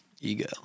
ego